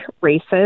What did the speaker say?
races